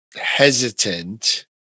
hesitant